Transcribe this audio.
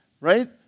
right